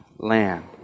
land